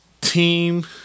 team